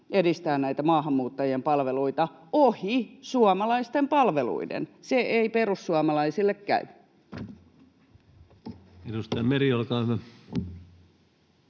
edistää näitä maahanmuuttajien palveluita ohi suomalaisten palveluiden. Se ei perussuomalaisille käy. [Speech 119] Speaker: